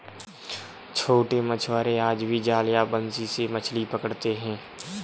छोटे मछुआरे आज भी जाल या बंसी से मछली पकड़ते हैं